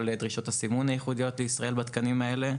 דרישות הסימון הייחודיות לישראל בתקנים האלה,